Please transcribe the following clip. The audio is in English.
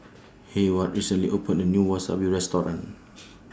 Heyward recently opened A New Wasabi Restaurant